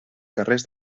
carrers